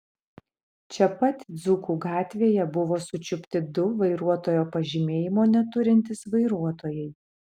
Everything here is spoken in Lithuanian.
čia pat dzūkų gatvėje buvo sučiupti du vairuotojo pažymėjimo neturintys vairuotojai